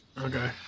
Okay